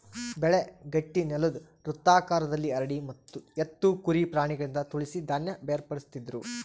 ಬೆಳೆ ಗಟ್ಟಿನೆಲುದ್ ವೃತ್ತಾಕಾರದಲ್ಲಿ ಹರಡಿ ಎತ್ತು ಕುರಿ ಪ್ರಾಣಿಗಳಿಂದ ತುಳಿಸಿ ಧಾನ್ಯ ಬೇರ್ಪಡಿಸ್ತಿದ್ರು